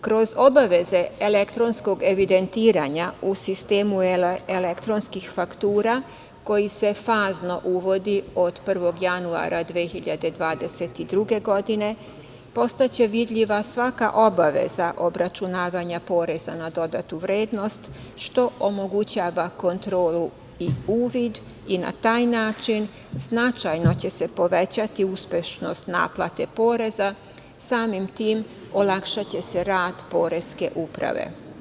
Kroz obaveze elektronskog evidentiranja u sistemu elektronskih faktura, koji se fazno uvodi od 1. januara 2022. godine, postaće vidljiva svaka obaveza obračunavanja poreza na dodatu vrednost, što omogućava kontrolu i uvid i na taj način značajno će se povećati uspešnost naplate poreza, samim tim, olakšaće se rad poreske uprave.